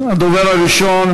הדובר הראשון,